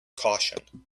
caution